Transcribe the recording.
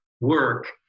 work